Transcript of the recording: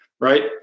right